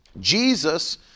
Jesus